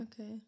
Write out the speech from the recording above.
okay